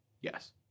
Yes